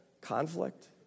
conflict